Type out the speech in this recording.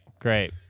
Great